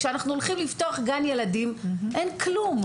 כאשר אנחנו הולכים גן ילדים, אין כלום.